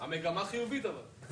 המגמה חיובית אבל.